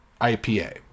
IPA